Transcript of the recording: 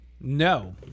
No